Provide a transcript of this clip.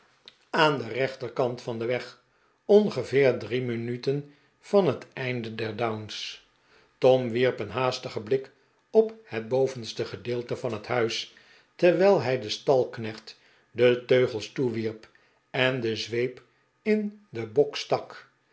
aan den rechterkant van den weg ongeveer drie minuten van het einde der downs tom wierp een haastigen blik op het bovenste gedeelte van het huis terwijl hij den stalknecht de teugels toewierp en de zweep in den bok stak